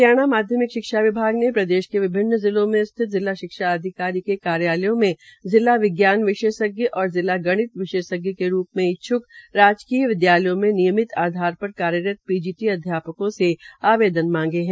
हरियाणा माध्यमिक शिक्षा विभाग ने प्रदेश के विभिन्न जिलों में स्थित जिला शिक्षा अधिकारी के कार्यालयों में जिला विज्ञान विशेषज्ञ और जिला गणित विशेषज्ञ के रूप में इच्छ्क राजकीय विदयालयों में नियमित आधार पर कार्यरत पीजीटी अध्यापकों से आवेदन मांगे है